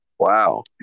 Wow